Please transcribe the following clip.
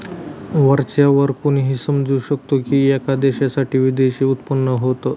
वरच्या वर कोणीही समजू शकतो की, एका देशासाठी विदेशी उत्पन्न होत